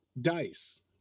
dice